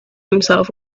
himself